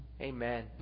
Amen